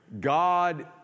God